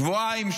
שבועיים,